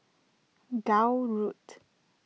Gul Road